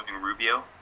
Rubio